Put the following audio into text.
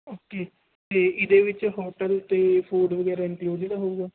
okay ਅਤੇ ਇਹਦੇ ਵਿੱਚ ਹੋਟਲ ਅਤੇ ਫੂਡ ਵਗੈਰਾ ਇਨਕਲੁਡਿਡ ਹੋਊਗਾ